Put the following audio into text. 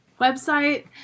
Website